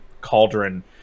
Cauldron